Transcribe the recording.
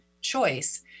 choice